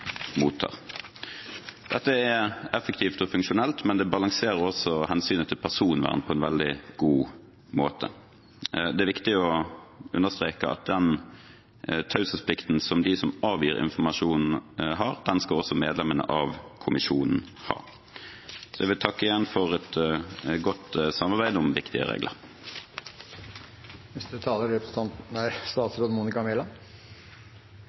mottar. Dette er effektivt og funksjonelt, men det balanserer også hensynet til personvern på en veldig god måte. Det er viktig å understreke at den taushetsplikten som de som avgir informasjon, har, skal også medlemmene av kommisjonen ha. Jeg vil igjen takke for et godt samarbeid om viktige regler. Stortinget skal i dag behandle regjeringens forslag til lov om informasjonstilgang for koronakommisjonen. Regjeringen er